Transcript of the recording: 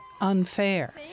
unfair